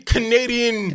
Canadian